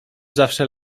zawsze